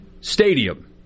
stadium